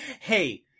Hey